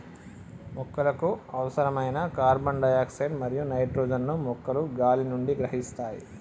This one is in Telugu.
మొక్కలకు అవసరమైన కార్బన్ డై ఆక్సైడ్ మరియు నైట్రోజన్ ను మొక్కలు గాలి నుండి గ్రహిస్తాయి